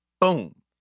boom